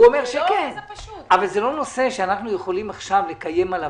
אני חושב שטוב שאנחנו עושים את זה בהינתן